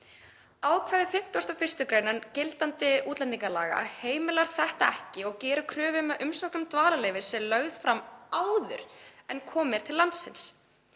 Ákvæði 51. gr. gildandi útlendingalaga heimilar þetta ekki og gerir kröfu um að umsókn um dvalarleyfi sé lögð fram áður en komið er til landsins.